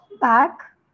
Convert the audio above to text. back